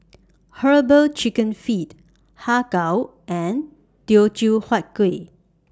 Herbal Chicken Feet Har Kow and Teochew Huat Kueh